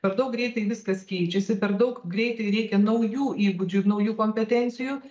per daug greitai viskas keičiasi per daug greitai reikia naujų įgūdžių ir naujų kompetencijų